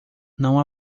não